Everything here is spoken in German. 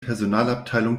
personalabteilung